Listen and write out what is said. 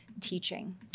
teaching